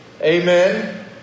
Amen